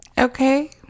okay